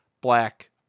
black